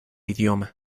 idioma